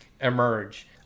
emerge